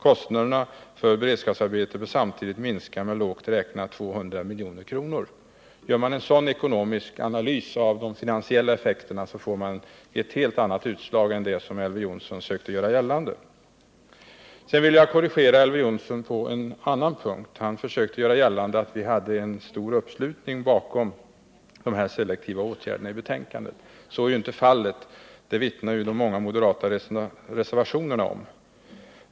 Kostnaderna för beredskapsarbete bör samtidigt minska med lågt räknat 200 milj.kr. Gör man en sådan ekonomisk analys av de finansiella effekterna så får man ett helt annat utslag än det som Elver Jonsson försökte göra gällande. Sedan vill jag korrigera Elver Jonsson på en annan punkt. Han vill göra gällande att vi har en stor uppslutning bakom de selektiva åtgärderna i betänkandet. Så är inte fallet, det vittnar ju de många moderata reservationerna om.